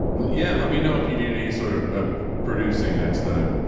yeah. let me know if you need any sort of ah producing next time